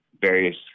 various